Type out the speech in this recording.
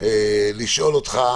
לשאול אותך,